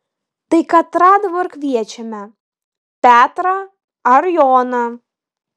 tai katrą dabar kviečiame petrą ar joną